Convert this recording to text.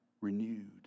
renewed